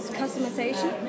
customization